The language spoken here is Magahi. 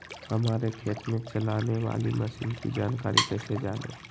हमारे खेत में चलाने वाली मशीन की जानकारी कैसे जाने?